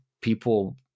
People